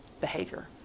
behavior